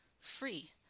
Free